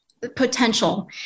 potential